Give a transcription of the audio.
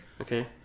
Okay